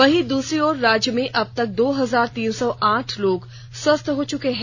वहीं दूसरी ओर राज्य में अब तक दो हजार तीन सौ आठ लोग स्वस्थ हो चुके हैं